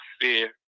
fear